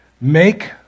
make